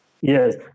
Yes